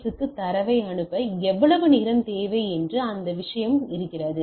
எஸ்ஸுக்கு தரவை அனுப்ப எவ்வளவு நேரம் தேவை என்று அந்த விஷயம் இருக்கிறது